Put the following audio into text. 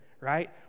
right